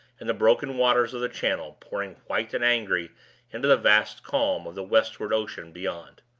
and the broken waters of the channel, pouring white and angry into the vast calm of the westward ocean beyond.